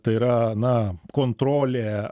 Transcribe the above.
tai yra na kontrolė